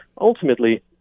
ultimately